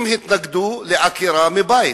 הם התנגדו לעקירה מבית,